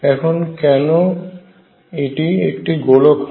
এখন কেন এটি একটি গোলক হয়